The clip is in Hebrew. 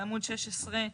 בעמוד 16,